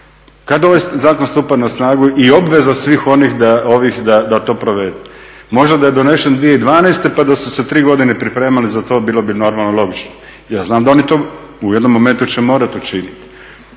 kad ovaj zakon stupa na snagu i obveza svih ovih da to provedu. Možda da je donesen 2012. pa da su se tri godine pripremali za to bilo bi normalno logično. Ja znam da oni to u jednom momentu će morati učiniti.